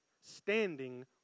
standing